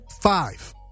five